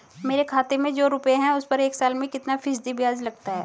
मेरे खाते में जो रुपये हैं उस पर एक साल में कितना फ़ीसदी ब्याज लगता है?